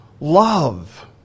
love